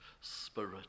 spirit